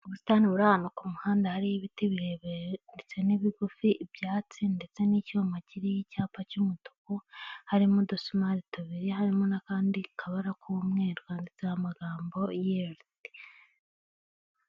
Ubusitani buri ahantu ku muhanda hariho ibiti birebire, ndetse n'ibigufi, ibyatsi ndetse n'icyuma kiriho icyapa cy'umutuku. Harimo udusumari tubiri, harimo n'akandi kabara k'umweru kandi wanditseho amagambo YIRIDI.